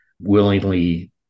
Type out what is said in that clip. willingly